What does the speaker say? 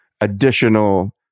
additional